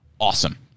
awesome